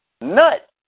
Nut